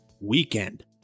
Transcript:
weekend